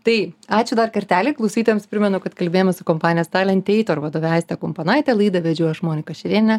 tai ačiū dar kartelį klausytojams primenu kad kalbėjomės su kompanijos talentator vadove aiste kumponaite laidą vedžiau aš monika šerėnė